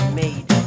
made